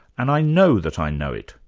and i know that i know it.